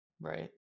Right